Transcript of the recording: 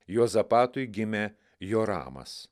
juozapatui gimė jo ramas